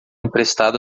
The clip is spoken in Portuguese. emprestado